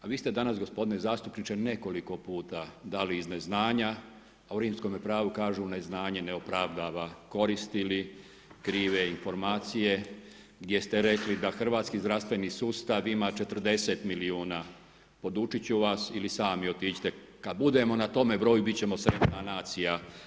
A vi ste danas gospodine zastupniče, nekoliko puta dali iz neznanja, a u rimskom pravu kažu neznanje ne opravdava, koristi li krive informacije, gdje ste rekli da hrvatski zdravstveni sustav ima 40 milijuna, podučit ću vas ili sami otiđite, kada budemo na tome broju biti ćemo sretna nacija.